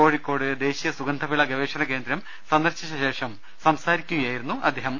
കോഴിക്കോട് ദേശീയ സുഗന്ധവിള ഗവേഷണ കേന്ദ്രം സന്ദർശിച്ച ശേഷം സംസാരിക്കുകയായിരുന്നു മന്ത്രി